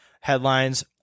headlines